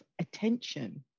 attention